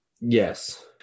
Yes